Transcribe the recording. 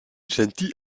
gentil